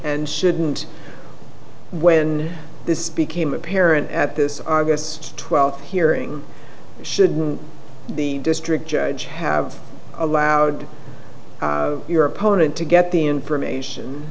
and shouldn't when this became apparent at this august twelfth hearing shouldn't the district judge have allowed your opponent to get the information